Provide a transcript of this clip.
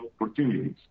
opportunities